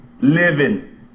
living